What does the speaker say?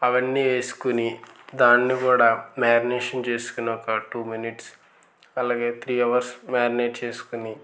అవన్నీ వేసుకుని దాన్ని కూడా మాగ్నీషన్ చేసుకున్నాక టూ మినిట్స్ అలాగే త్రీ అవర్స్ మ్యాగ్నెట్ చేసుకుని